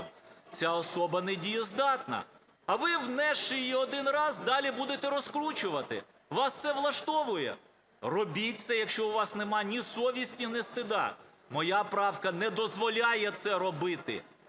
Ця особа недієздатна. А ви, внесши її один раз, далі будете розкручувати. Вас це влаштовує? Робіть це, якщо у вас нема ні совісті, ні стида. Моя правка не дозволяє це робити.